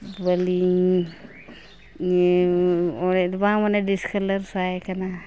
ᱵᱟᱹᱞᱤᱧ ᱚᱲᱮᱡ ᱫᱚ ᱵᱟᱝ ᱢᱟᱱᱮ ᱰᱤᱥ ᱠᱟᱞᱟᱨ ᱥᱟᱭᱟ ᱠᱟᱱᱟ